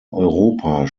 europa